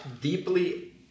deeply